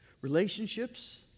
Relationships